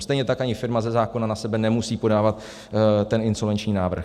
Stejně tak ani firma ze zákona na sebe nemusí podávat insolvenční návrh.